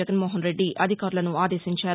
జగన్మోహన్ రెడ్డి అధికారులను ఆదేశించారు